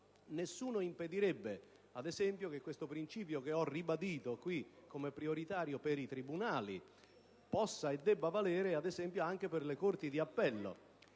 Nessuno impedirebbe che questo principio, che ho ribadito come prioritario per i tribunali, possa e debba valere anche per le corti d'appello: